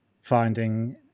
finding